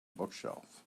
bookshelf